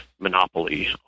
monopoly